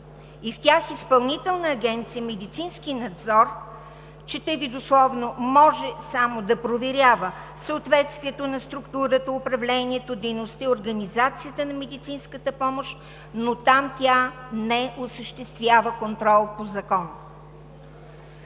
В тях „Изпълнителна агенция „Медицински надзор“, чета Ви дословно, „може само да проверява съответствието на структурата, управлението, дейността и организацията на медицинската помощ“, но там тя не осъществява контрол по закон.